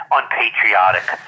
unpatriotic